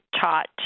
taught